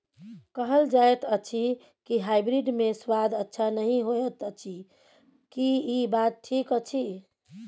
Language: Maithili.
कहल जायत अछि की हाइब्रिड मे स्वाद अच्छा नही होयत अछि, की इ बात ठीक अछि?